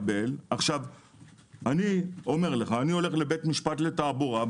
אני הולך לבית משפט לתעבורה,